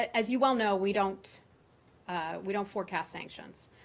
as you well know, we don't we don't forecast sanctions.